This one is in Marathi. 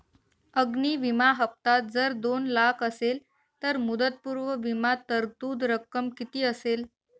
अग्नि विमा हफ्ता जर दोन लाख असेल तर मुदतपूर्व विमा तरतूद रक्कम किती असेल?